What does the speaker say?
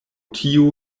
tio